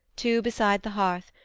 two beside the hearth,